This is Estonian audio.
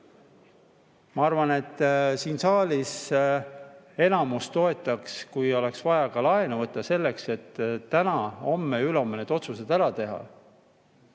Ma arvan, et siin saalis enamus toetaks, kui oleks vaja ka laenu võtta selleks, et täna, homme ja ülehomme need otsused ära teha.